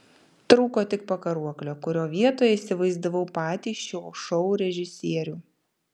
trūko tik pakaruoklio kurio vietoje įsivaizdavau patį šio šou režisierių